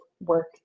work